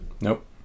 Nope